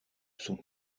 sont